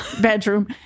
bedroom